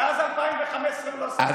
מאז 2015, לא,